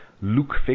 Luke